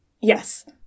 Yes